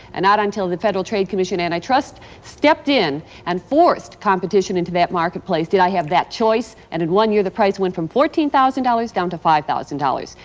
and not until the federal trade commission antitrust stepped in and forced competition into that marketplace did i have that choice, and in one year the price went from fourteen thousand dollars to five thousand dollars.